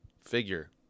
figure